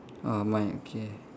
ah mine okay